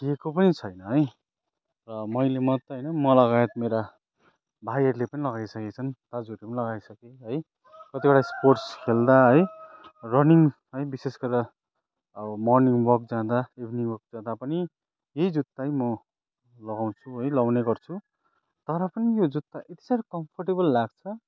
खिएको पनि छैन है र मैले मात्रै होइन म लगायत मेरा भाइहरूले पनि लगाइसकेको छन् दाजुहरूले पनि लगाइसके है कतिवटा स्पोर्ट्स खेल्दा है रनिङ है विशेष गरेर अब मर्निङ वक जाँदा इभिनिङ वक जाँदा पनि यही जुत्तै म लगाउँछु है लाउने गर्छु तर पनि यो जुत्ता यति सारो कम्फोर्टेबल लाग्छ